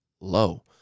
low